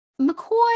McCoy